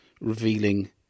revealing